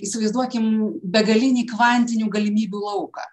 įsivaizduokim begalinį kvantinių galimybių lauką